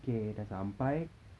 okay dah sampai